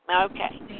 Okay